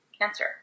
cancer